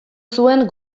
zuen